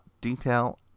detail